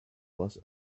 was